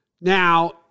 Now